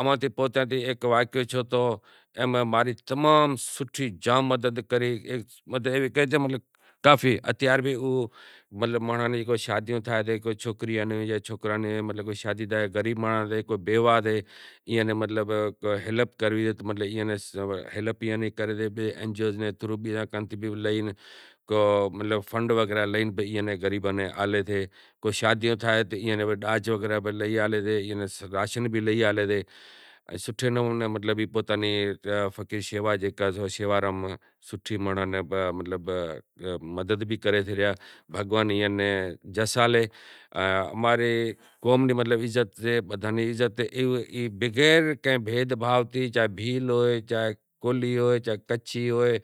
اماں کن ایک واقعو تھیو کہ اماں نی موٹی مدد کری مطلب ہتھیار مطلب ہر طریقے نی ہیلپ کرے، راشن بھی ڈئی ہالے تو فقیر شوارام مانڑاں نی سوٹھی مدد بھی کرے بھگوان اینے جس ڈے ای بغیر کے بھید بھاو نے بھلے کوئی بھیل ہوئے کچھی ہوئے